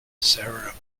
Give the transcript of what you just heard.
sarah